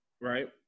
Right